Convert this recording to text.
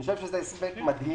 אני חושב שזה הספק מדהים.